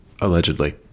allegedly